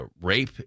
rape